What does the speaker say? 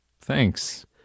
Thanks